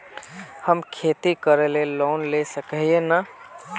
हम खेती करे ले लोन ला सके है नय?